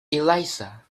eliza